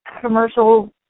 commercial